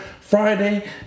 Friday